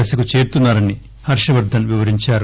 దశకు చేరుతున్నా రని హర్షవర్దస్ వివరించారు